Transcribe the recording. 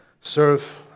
Serve